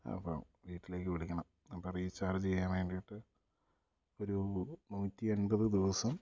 അപ്പം വീട്ടിലേക്ക് വിളിക്കണം അപ്പോൾ റീചാർജ് ചെയ്യാൻ വേണ്ടിയിട്ട് ഒരു നൂറ്റി എൺപത് ദിവസം